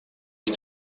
ich